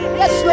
yes